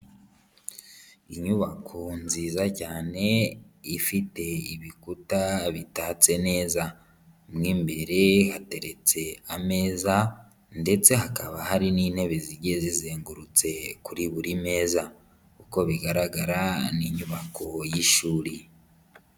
Inyubako nziza cyane ifite ibikuta bitatse neza, mo imbere hateretse ameza ndetse hakaba hari n'intebe zigiye zizengurutse kuri buri meza. Uko bigaragara ni inyubako y'ishuri.